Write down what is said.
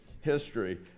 history